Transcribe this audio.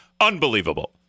Unbelievable